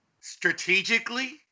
Strategically